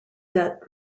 debt